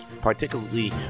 particularly